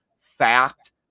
fact